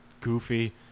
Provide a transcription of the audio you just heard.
goofy